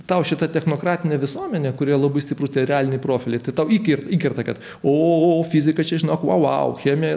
tau šitą technokratinę visuomenę kurioje labai stiprūs realiniai profiliai tai tau įkerta kad o fizika čia žinok vau vau